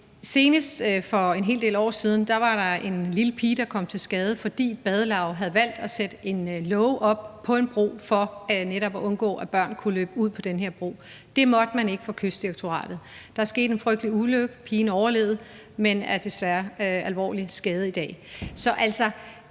Og for en hel del år siden var der en lille pige, der kom til skade, fordi badelauget havde valgt at sætte en låge op på en bro for netop at undgå, at børn kunne løbe ud på den bro. Det måtte man ikke for Kystdirektoratet. Der skete en frygtelig ulykke, pigen overlevede, men er desværre alvorligt skadet i dag.